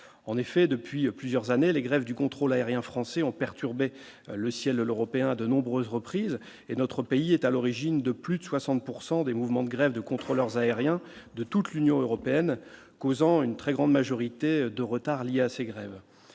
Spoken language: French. en effet depuis plusieurs années les Grève du contrôle aérien français ont perturbé le ciel européen à de nombreuses reprises et notre pays est à l'origine de plus de 60 pourcent des mouvements de grève de contrôleurs aériens de toute l'Union européenne, causant une très grande majorité de retards liés à ces grèves,